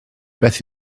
beth